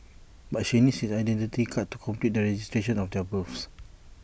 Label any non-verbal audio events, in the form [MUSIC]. but she needs his Identity Card to complete the registration of their births [NOISE]